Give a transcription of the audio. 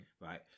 Right